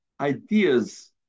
ideas